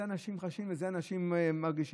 את זה אנשים חשים ואת זה אנשים מרגישים.